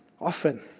Often